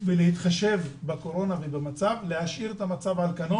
ולהתחשב בקורונה ובמצב ולהשאיר את המצב על כנו.